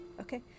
Okay